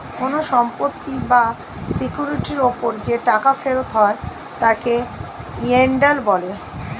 কোন সম্পত্তি বা সিকিউরিটির উপর যে টাকা ফেরত হয় তাকে ইয়েল্ড বলে